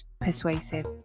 persuasive